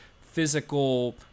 physical